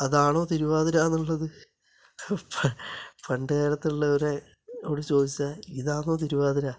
അതാണോ തിരുവാതിര എന്നുള്ളത് പണ്ട് കാലത്തുള്ളവരോട് ചോദിച്ചാൽ ഇതാണോ തിരുവാതിര